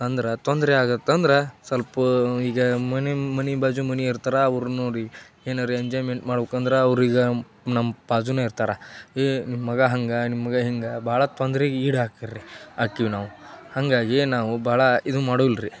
ಅಂದ್ರೆ ತೊಂದರೆ ಆಗುತ್ತೆ ಅಂದ್ರೆ ಸಲ್ಪ ಈಗ ಮನೆ ಮನೆ ಬಾಜು ಮನೆ ಇರ್ತಾರೆ ಅವ್ರು ನೋಡಿ ಏನಾರೂ ಎಂಜಾಯ್ಮೆಂಟ್ ಮಾಡ್ಬೇಕಂದ್ರ ಅವ್ರು ಈಗ ನಮ್ಮ ಬಾಜುನೆ ಇರ್ತಾರೆ ಏಯ್ ನಿಮ್ಮ ಮಗ ಹಂಗೆ ನಿಮ್ಮ ಮಗ ಹಿಂಗೆ ಭಾಳ ತೊಂದ್ರೆಗ್ ಈಡಾಕ್ತಾರ್ ರೀ ಆಕ್ತೀವ್ ನಾವು ಹಾಗಾಗಿ ನಾವು ಭಾಳ ಇದು ಮಾಡಲ್ಲ ರೀ